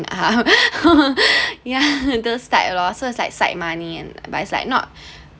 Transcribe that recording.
ya those types lor so it's like side money and but it's like not